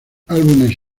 álbumes